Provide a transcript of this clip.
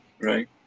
Right